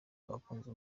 abakunzi